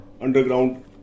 Underground